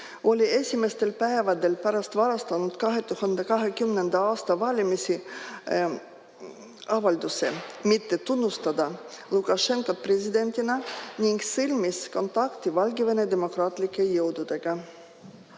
tegi esimestel päevadel pärast 2020. aasta valimisi avalduse mitte tunnustada Lukašenkat presidendina ning sõlmis kontakti Valgevene demokraatlike jõududega.